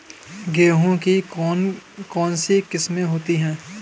गेहूँ की कौन कौनसी किस्में होती है?